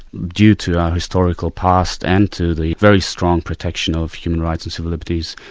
due to our historical past and to the very strong protection of human rights and civil liberties,